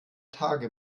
tage